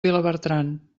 vilabertran